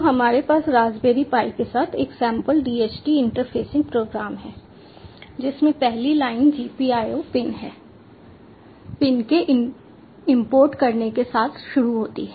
तो हमारे पास रास्पबेरी पाई के साथ एक सैंपल DHT इंटरफेसिंग प्रोग्राम है जिसमें पहली लाइन GPIO पिन के इंपोर्ट करने के साथ शुरू होती है